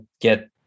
get